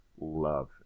love